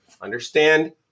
understand